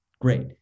great